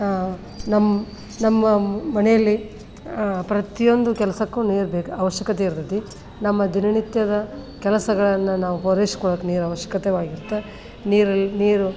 ನಮ್ಮ ನಮ್ಮ ಮನೆಯಲ್ಲಿ ಪ್ರತಿಯೊಂದು ಕೆಲಸಕ್ಕೂ ನೀರು ಬೇಕು ಅವಶ್ಯಕತೆ ಇರ್ತೈತಿ ನಮ್ಮ ದಿನನಿತ್ಯದ ಕೆಲಸಗಳನ್ನು ನಾವು ಹೊರಿಸ್ಕೊಳಕ್ ನೀರು ಅವಶ್ಕತೆವಾಗಿರುತ್ತೆ ನೀರು ನೀರು